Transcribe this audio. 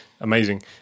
Amazing